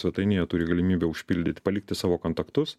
svetainėje turi galimybę užpildyti palikti savo kontaktus